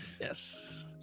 Yes